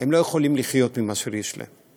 הם לא יכולים לחיות עם מה שיש להם.